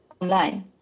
online